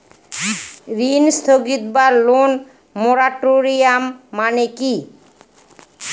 ঋণ স্থগিত বা লোন মোরাটোরিয়াম মানে কি?